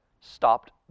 stopped